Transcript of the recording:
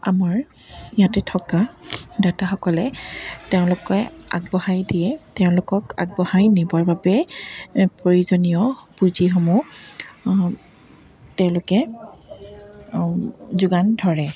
আমাৰ ইয়াতে থকা ডাটাসকলে তেওঁলোকে আগবঢ়াই দিয়ে তেওঁলোকক আগবঢ়াই নিবৰ বাবে প্ৰয়োজনীয় পুঁজিসমূহ তেওঁলোকে যোগান ধৰে